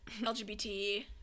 LGBT